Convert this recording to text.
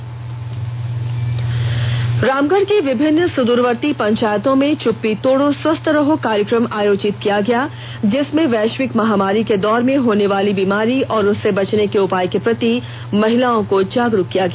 special story Ramgarh Ramgarh के विभिन्न सुदूरवर्ती पंचायतों में चुप्पी तोड़ो स्वस्थ रहो कार्यक्रम आयोजित किया गया जिसमे वैश्विक महामारी के दौर में होने वाली बीमारी एवं उससे बचने के उपाय के प्रति महिलाओं को जागरूक किया गया